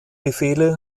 befehle